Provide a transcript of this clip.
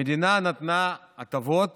המדינה נתנה הטבות